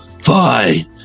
Fine